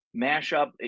mashup